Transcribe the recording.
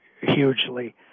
hugely